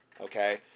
okay